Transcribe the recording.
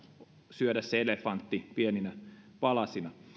syödä se elefantti pieninä palasina